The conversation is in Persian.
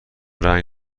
رنگ